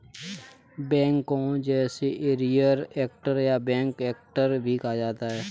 backhoe जिसे rear actor या back actor भी कहा जाता है